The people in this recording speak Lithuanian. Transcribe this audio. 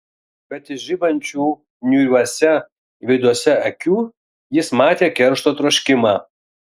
bet iš žibančių niūriuose veiduose akių jis matė keršto troškimą